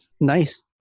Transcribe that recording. nice